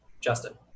Justin